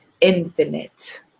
infinite